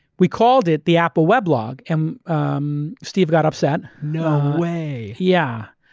we called it the apple weblog, and um steve got upset. no way. yeah.